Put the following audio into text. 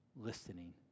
listening